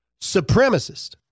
supremacist